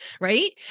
Right